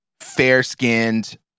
fair-skinned